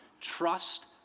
trust